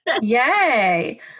Yay